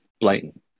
blatant